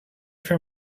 from